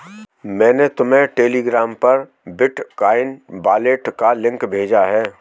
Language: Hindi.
मैंने तुम्हें टेलीग्राम पर बिटकॉइन वॉलेट का लिंक भेजा है